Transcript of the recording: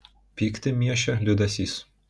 pyktį miešė liūdesys